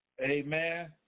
Amen